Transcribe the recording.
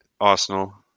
Arsenal